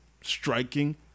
striking